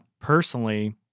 personally